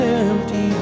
empty